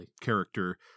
character